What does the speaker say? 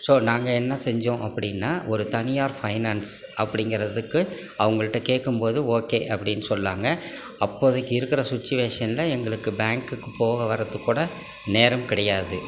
so நாங்கள் என்ன செஞ்சோம் அப்படின்னால் ஒரு தனியார் ஃபைனான்ஸ் அப்படிங்கறதுக்கு அவங்கள்ட்ட கேட்கும்போது ஓகே அப்படின்னு சொன்னாங்க அப்போதைக்கு இருக்கிற சிச்சுவேஷனில் எங்களுக்கு பேங்குக்கு போக வரத்துக்கு கூட நேரம் கிடையாது